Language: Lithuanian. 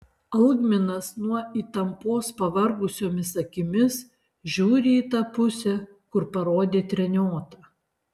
algminas nuo įtampos pavargusiomis akimis žiūri į tą pusę kur parodė treniota